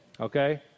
okay